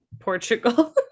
Portugal